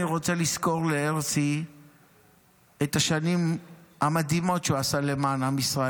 אני רוצה לזכור להרצי את השנים המדהימות שהוא עשה למען עם ישראל,